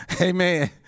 amen